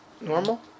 Normal